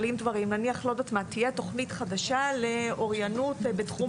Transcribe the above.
נניח תהיה תוכנית חדשה לאוריינות בתחום